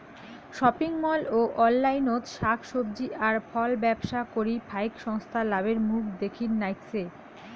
shopping mall ও অনলাইনত শাক সবজি আর ফলব্যবসা করি ফাইক সংস্থা লাভের মুখ দ্যাখির নাইগচে